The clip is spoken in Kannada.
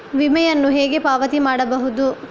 ವಿಮೆಯನ್ನು ಹೇಗೆ ಪಾವತಿ ಮಾಡಬಹುದು?